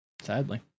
Sadly